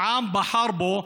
העם בחר בו,